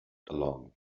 along